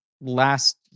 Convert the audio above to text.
last